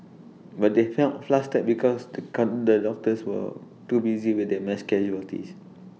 but they felt flustered because the come the doctors were too busy with the mass casualties